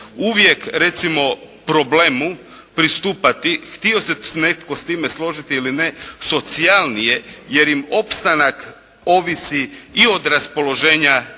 uvijek recimo problemu pristupati htio se netko s time složiti ili ne socijalnije jer im opstanak ovisi i od raspoloženja